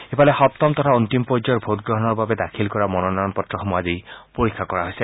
ইফালে সপ্তম তথা অন্তিম পৰ্য্যায়ৰ ভোটগ্ৰহণৰ বাবে দাখিল কৰা মনোনয়ন পত্ৰসমূহ আজি পৰীক্ষা কৰা হৈছে